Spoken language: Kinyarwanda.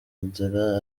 nzira